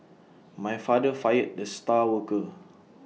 my father fired the star worker